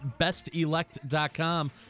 bestelect.com